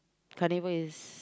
carnival is